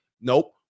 Nope